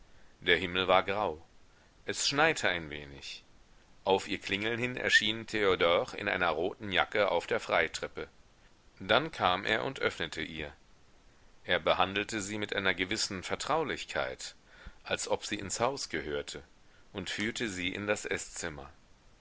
der himmel war grau es schneite ein wenig auf ihr klingeln hin erschien theodor in einer roten jacke auf der freitreppe dann kam er und öffnete ihr er behandelte sie mit einer gewissen vertraulichkeit als ob sie ins haus gehörte und führte sie in das eßzimmer